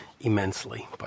immensely